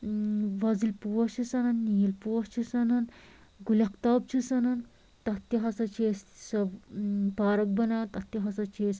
وۄزٕلۍ پوش چھِس اَنان نیٖلۍ پوش چھِس اَنان گُلہِ آفتاب چھِس اَنان تَتھ تہِ ہسا چھِ اسہِ سۄ پارَک بَنان اَتھ تہِ ہسا چھِ أسۍ